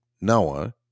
Noah